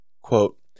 quote